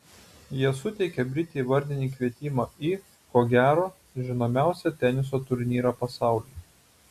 jie suteikė britei vardinį kvietimą į ko gero žinomiausią teniso turnyrą pasaulyje